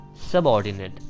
subordinate